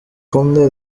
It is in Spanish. conde